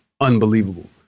unbelievable